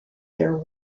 their